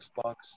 Xbox